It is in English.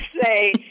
say